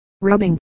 rubbing